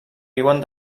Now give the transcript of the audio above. viuen